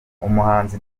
umuhanzi